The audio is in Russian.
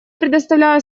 предоставляю